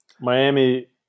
Miami